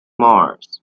mars